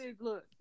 look